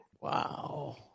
Wow